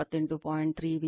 3 var